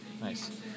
Nice